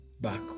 back